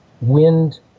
wind